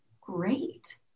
great